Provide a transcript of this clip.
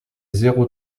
zéro